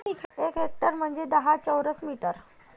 एक हेक्टर म्हंजे दहा हजार चौरस मीटर